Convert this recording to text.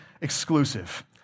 exclusive